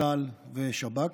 צה"ל ושב"כ,